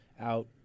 out